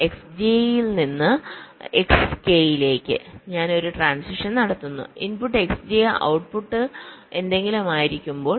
Xj ൽ നിന്ന് Xk ലേയ്ക്ക് ഞാൻ ഒരു ട്രാൻസിഷൻ നടത്തുന്നു ഇൻപുട്ട് Xj ഔട്ട്പുട്ട് എന്തെങ്കിലും ആയിരിക്കുമ്പോൾ